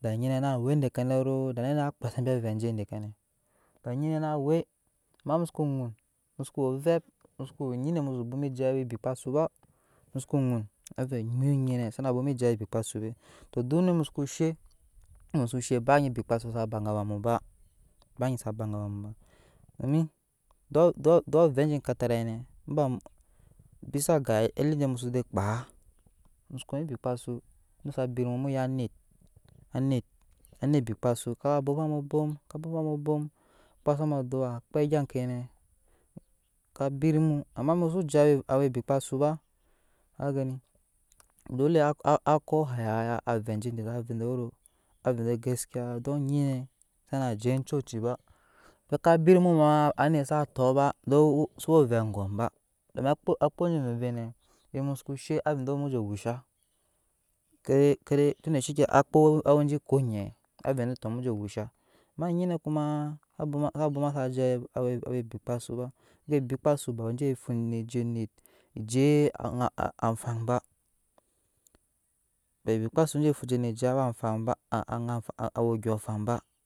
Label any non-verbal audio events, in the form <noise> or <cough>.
da nyi ne na wei dekenro da nina kpasa embi avɛ anje dekene da nƴine na wei ma musoko nun mu soko wei ovep mu enyine musonusi bwoma enje awa abipasu ba nuso ŋun avɛ mu ya enyine sana. bwoma enje awa bikpasu ba iɔ du num musoko she num num mu shebaa nyi bikeasu sa ba ga awa muba ba nyi su ba ga awa ba dummi doɔ-doɔ vɛ. enje kataraine ba bisa ga ali je muso ze kpaa muso wei ony. bikpa su ame sa bit mu mu ya anet-anet-anet bikpasu ka bompa mu bom-ka bompa mu bom kpasa mu adua kpe gya eŋke ne ka bil mu amma muso je awa bikpasu ba ka geni dole ako <hesitation> avɛ enje de vɛ denero avɛ de gskiya don anyi sana je chochit ba saka bit mu maaa anet sa tɔk ba don so wei ovɛ aŋgɔm be domi akpo anje omvei-mvei ne emu soko she avɛ de emu je wusha kere-kere lunde sheke akpo awei anje koŋɛ avɛ mu je wusha amma nyine kuma sa bwoma sa. bwoma sa je awa bikpasu ba ne bikpasu ba wei enje fuje onet ju aŋa faŋ ba ebikpasu enje fuje onet awa faŋ aŋa awa odyɔŋ afaŋ ba